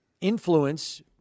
influence